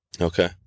Okay